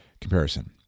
comparison